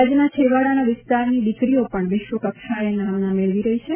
ગુજરાતના છેવાડાના વિસ્તારની દીકરીઓ પણ વિશ્વ કક્ષાએ નામના મેળવી રહી છે